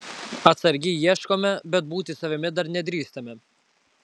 atsargiai ieškome bet būti savimi dar nedrįstame